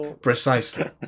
Precisely